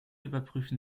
überprüfen